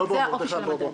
זה אופי המדד.